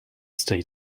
stay